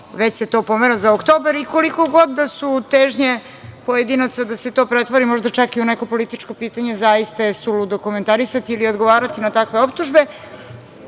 već se to pomera za oktobar i koliko god da su težnje pojedinaca da se to pretvori, možda čak i u neko političko pitanje zaista je suludo komentarisati ili odgovarati na takve optužbe. Mislim